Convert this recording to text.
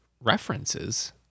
references